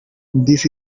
this